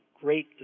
great